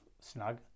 Snug